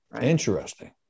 Interesting